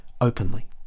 openly